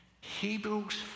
Hebrews